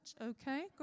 Okay